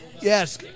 Yes